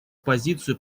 позицию